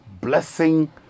Blessing